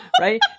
right